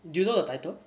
do you know the title